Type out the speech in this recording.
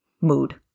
mood